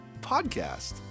Podcast